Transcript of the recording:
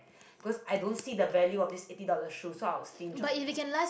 cause I don't see the value of this eighty dollars shoe so I will stinge one